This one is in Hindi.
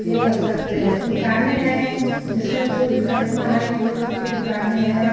यह कर सकते है दुकाने है जिसमें जो भी ख़रीदना है खिलौनौं की दुकाने है